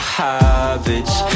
habits